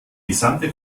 gesamte